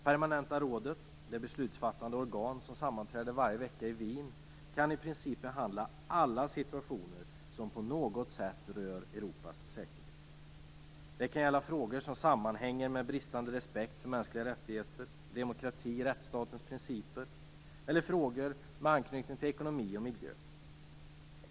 Permanenta rådet, det beslutsfattande organ som sammanträder varje vecka i Wien, kan i princip behandla alla situationer som på något sätt rör Europas säkerhet. Det kan gälla frågor som sammanhänger med bristande respekt för mänskliga rättigheter, demokrati och rättsstatens principer eller frågor med anknytning till ekonomi och miljö.